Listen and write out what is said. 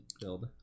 build